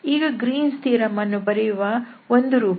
ಇದು Green's theorem Green's theorem ಅನ್ನು ಬರೆಯುವ ಒಂದು ರೂಪ